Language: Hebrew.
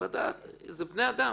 זה בני אדם,